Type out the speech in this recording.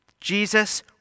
Jesus